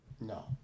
No